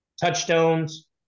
Touchstones